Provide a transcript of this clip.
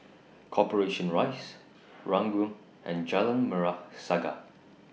Corporation Rise Ranggung and Jalan Merah Saga